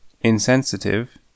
Insensitive